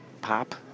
pop